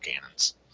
cannons